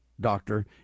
doctor